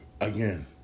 again